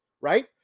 right